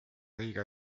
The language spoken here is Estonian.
õige